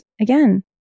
again